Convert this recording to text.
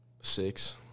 six